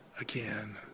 again